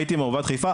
הייתי במרב"ד חיפה,